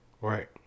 Right